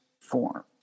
form